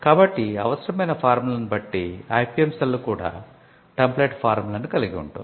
కాబట్టి అవసరమైన ఫారం లను బట్టి IPM సెల్ కూడా టెంప్లేట్ ఫారం లను కలిగి ఉంటుంది